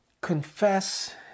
confess